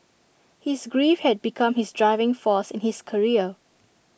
his grief had become his driving force in his career